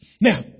Now